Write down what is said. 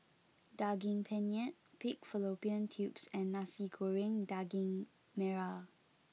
Daging Penyet Pig Fallopian Tubes and Nasi Goreng Daging Merah